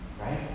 right